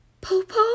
Popo